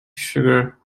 sugar